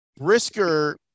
Brisker